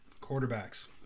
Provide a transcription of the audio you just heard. quarterbacks